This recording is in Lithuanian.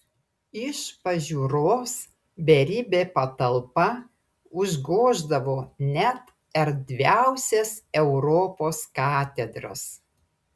iš pažiūros beribė patalpa užgoždavo net erdviausias europos katedras